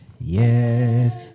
Yes